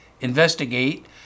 investigate